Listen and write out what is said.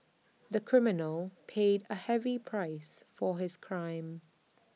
the criminal paid A heavy price for his crime